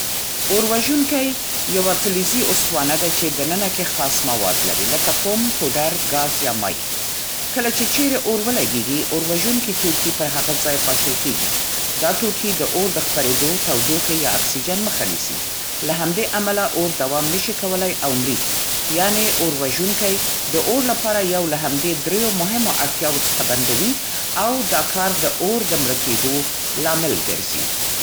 اور وژونکی یوه فلزي استوانه ده چې دننه کې خاص مواد لري، لکه فوم، پودر، ګاز یا مایع. کله چې چېرې اور ولګېږي، اور وژونکي توکي پر هغه ځای پاشل کېږي. دا توکي د اور د خپرېدو، تودوخې یا اکسیجن مخه نیسي. له همدې امله اور دوام نشي کولی او مري. یعنې اور وژونکی د اور لپاره یو له همدې دریو مهمو اړتیاوو څخه بندوي، او دا کار د اور د مړه کېدو لامل ګرځي.